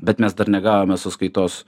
bet mes dar negavome sąskaitos